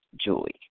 Julie